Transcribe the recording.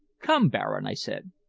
come, baron, i said,